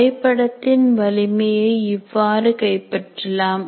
வரைபடத்தின் வலிமையை இவ்வாறு கைப்பற்றலாம்